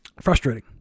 frustrating